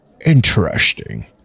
Interesting